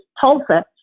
Tulsa